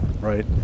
Right